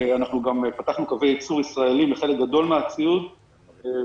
אנחנו גם פתחנו קווי ייצור ישראלים לחלק גדול מהציוד ולכן,